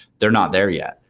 they're not there yet,